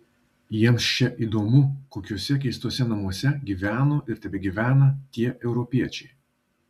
jiems čia įdomu kokiuose keistuose namuose gyveno ir tebegyvena tie europiečiai